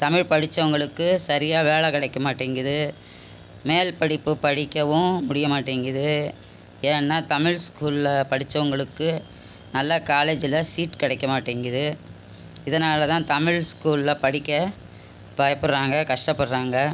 தமிழ் படிச்சவங்களுக்கு சரியாக வேலை கிடைக்க மாட்டேங்கிது மேல் படிப்பு படிக்கவும் முடிய மாட்டேங்கிது ஏன்னா தமிழ் ஸ்கூலில் படிச்சவங்களுக்கு நல்ல காலேஜில் சீட் கிடைக்க மாட்டேங்கிது இதனால தான் தமிழ் ஸ்கூலில் படிக்க பயப்புடுறாங்க கஷ்டப்படுறாங்க